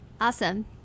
Awesome